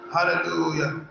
Hallelujah